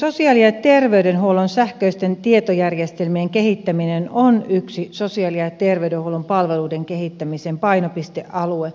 sosiaali ja terveydenhuollon sähköisten tietojärjestelmien kehittäminen on yksi sosiaali ja terveydenhuollon palveluiden kehittämisen painopistealue